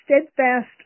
Steadfast